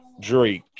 Drake